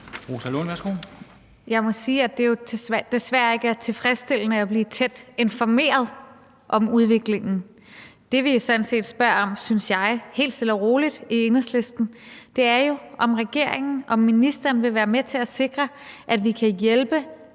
Jeg må sige, at det jo desværre ikke er tilfredsstillende at blive tæt informeret om udviklingen. Det, vi sådan set spørger om – synes jeg – helt stille og roligt i Enhedslisten, er jo, om regeringen, om ministeren vil være med til at sikre, at vi kan hjælpe